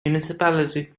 municipality